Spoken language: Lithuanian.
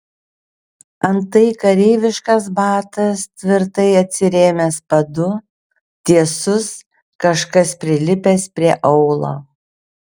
antai kareiviškas batas tvirtai atsirėmęs padu tiesus kažkas prilipęs prie aulo